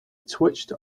twitched